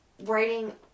writing